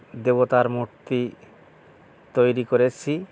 দেবতার মূর্তি তৈরি করেছি